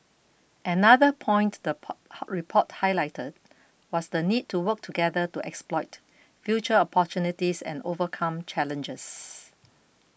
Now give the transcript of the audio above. another point the report highlighted was the need to work together to exploit future opportunities and overcome challenges